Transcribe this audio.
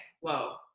whoa